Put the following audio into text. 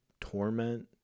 torment